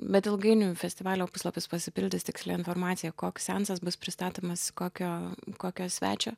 bet ilgainiui festivalio puslapis pasipildys tikslia informacija koks seansas bus pristatomas kokio kokio svečio